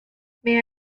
may